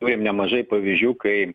turim nemažai pavyzdžių kai